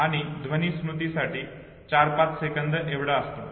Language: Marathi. आणि ध्वनी स्मृतीसाठी 4 5 सेकंद एवढा असतो